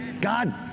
God